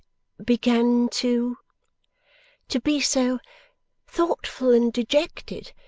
began to to be so thoughtful and dejected,